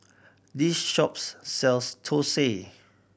this shop sells thosai